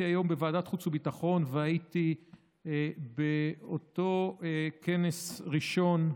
הייתי היום בוועדת חוץ וביטחון והייתי באותו כנס ראשון.